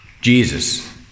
Jesus